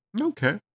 Okay